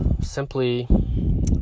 simply